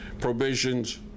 provisions